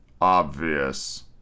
obvious